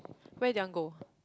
where do you want go